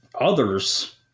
others